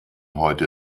heute